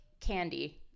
candy